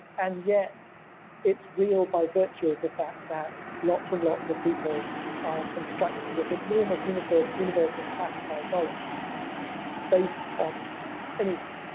and yet it's real by virtue of the fact that lots and lots of people are constructing this enormous universe universe of classified knowledge based on it anyway.